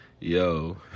yo